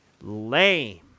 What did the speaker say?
lame